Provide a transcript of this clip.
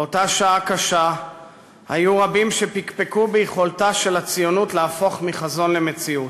באותה שעה קשה היו רבים שפקפקו ביכולתה של הציונות להפוך מחזון למציאות.